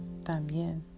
también